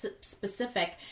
specific